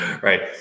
right